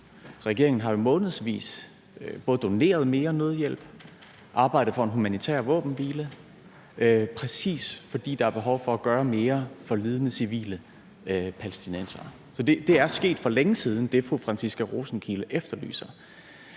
Regeringen har jo i månedsvis både doneret mere nødhjælp og arbejdet for en humanitær våbenhvile, præcis fordi der er behov for at gøre mere for lidende civile palæstinensere. Det er sket for længe siden, altså det, fru Franciska Rosenkilde efterlyser.